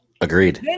Agreed